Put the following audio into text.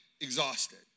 exhausted